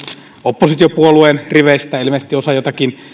oppositiopuolueen riveistä ilmeisesti osa jotakin